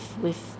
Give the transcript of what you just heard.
with